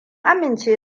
amince